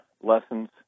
lessons